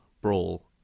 Brawl